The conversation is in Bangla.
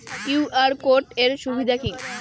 কিউ.আর কোড এর সুবিধা কি?